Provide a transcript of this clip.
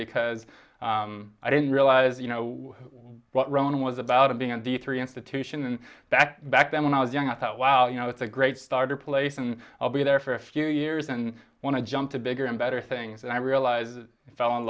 because i didn't realize you know what roan was about of being in the three institution and that back then when i was young i thought wow you know it's a great starter place and i'll be there for a few years and want to jump to bigger and better things and i realized i fell in